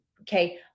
Okay